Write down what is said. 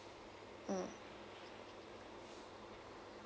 mm